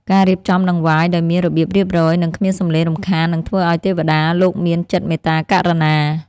ការរៀបចំដង្វាយដោយមានរបៀបរៀបរយនិង គ្មានសំឡេងរំខាននឹងធ្វើឱ្យទេវតាលោកមានចិត្តមេត្តាករុណា។